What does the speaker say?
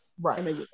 Right